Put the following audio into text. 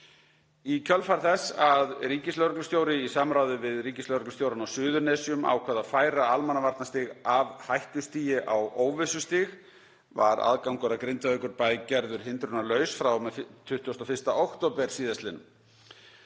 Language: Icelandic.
Í kjölfar þess að ríkislögreglustjóri, í samráði við ríkislögreglustjórann á Suðurnesjum, ákvað að færa almannavarnastig af hættustigi á óvissustig var aðgangur að Grindavíkurbæ gerður hindrunarlaus frá og með 21. október síðastliðnum.